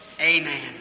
Amen